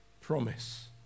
promise